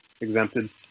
Exempted